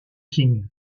king